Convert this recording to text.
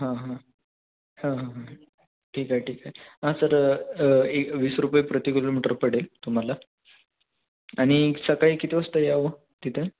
हां हां हां हां हां ठीक आहे ठीक आहे हां सर एकवीस रुपये प्रति किलोमीटर पडेल तुम्हाला आणि सकाळी किती वाजता यावं तिथे